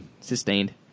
Sustained